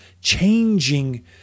changing